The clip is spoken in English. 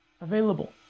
available